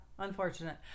Unfortunate